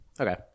okay